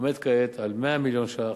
עומד כעת על כ-100 מיליון ש"ח,